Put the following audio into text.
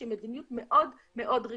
שהיא מדיניות מאוד מאוד ריכוזית.